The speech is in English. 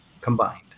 combined